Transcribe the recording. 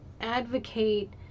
advocate